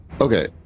Okay